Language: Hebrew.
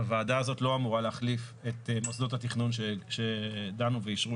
הוועדה הזאת לא אמורה להחליף את מוסדות התכנון שדנו ואישרו